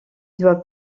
doit